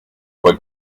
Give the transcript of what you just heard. fue